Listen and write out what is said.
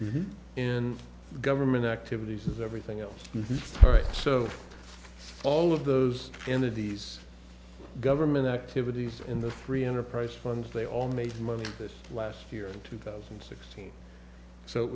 in government activities everything else right so all of those entities government activities in the free enterprise funds they all made money this last year in two thousand and sixteen so it